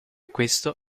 questo